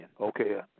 Okay